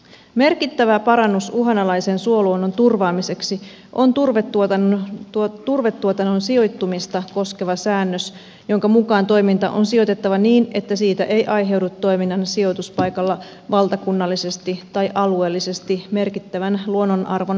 merkittävä parannus uhanalaisen suoluonnon turvaamiseksi on turvetuotannon sijoittumista koskeva säännös jonka mukaan toiminta on sijoitettava niin että siitä ei aiheudu toiminnan sijoituspaikalla valtakunnallisesti tai alueellisesti merkittävän luonnonarvon turmeltumista